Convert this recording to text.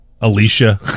Alicia